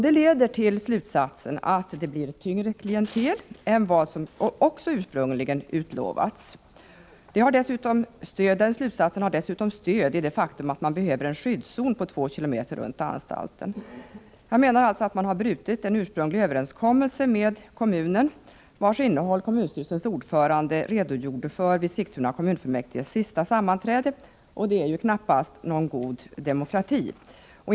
Det leder till slutsatsen att det blir ett tyngre klientel på anstalten än som utlovats. Vad som också ger stöd åt den slutsatsen är det faktum att det behövs en skyddszon på 2 km runt anstalten. Jag menar alltså att man på flera punkter brutit den ursprungliga överenskommelsen med kommunen, vars innehåll kommunstyrelsens ordförande redogjorde för vid Sigtuna kommunfullmäktiges senaste sammanträde. Det är knappast exempel på god demokrati.